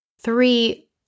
three